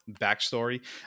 backstory